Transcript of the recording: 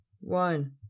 one